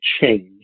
change